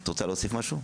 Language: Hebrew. את רוצה להוסיף משהו?